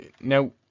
now